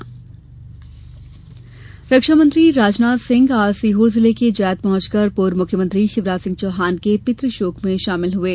जैत श्रद्वांजलि रक्षा मंत्री राजनाथ सिंह आज सीहोर जिले के जैत पहुंचकर पूर्व मुख्यमंत्री शिवराज सिंह चौहान के पितृशोक में शामिल हुये